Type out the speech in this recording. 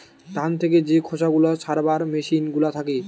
ধান থেকে যে খোসা গুলা ছাড়াবার মেসিন গুলা থাকে